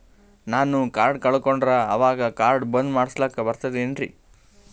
ನಾನು ಕಾರ್ಡ್ ಕಳಕೊಂಡರ ಅವಾಗ ಕಾರ್ಡ್ ಬಂದ್ ಮಾಡಸ್ಲಾಕ ಬರ್ತದೇನ್ರಿ?